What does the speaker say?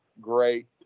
great